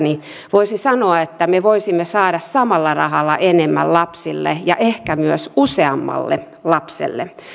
voisi sanoa että me voisimme saada samalla rahalla enemmän lapsille ja ehkä myös useammalle lapselle